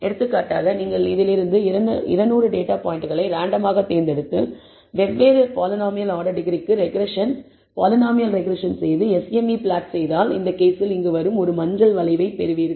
எடுத்துக்காட்டாக நீங்கள் இதில் இருந்து 200 டேட்டா பாயிண்டுகளை ரேண்டம் ஆக தேர்ந்தெடுத்து வெவ்வேறு பாலினாமியல் ஆர்டர் டிகிரிக்கு ரெக்ரெஸ்ஸன் பாலினாமியல் ரெக்ரெஸ்ஸன் செய்து SME பிளாட் செய்தால் இந்த கேஸில் இங்கு வரும் ஒரு மஞ்சள் வளைவை பெறுவோம்